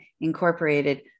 incorporated